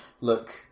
look